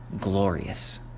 glorious